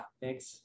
thanks